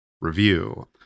review